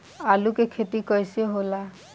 आलू के खेती कैसे होला?